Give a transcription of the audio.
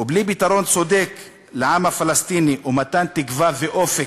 ובלי פתרון צודק לעם הפלסטיני, ומתן תקווה ואופק,